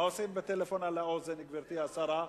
מה עושים בטלפון על האוזן, גברתי השרה?